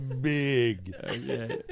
big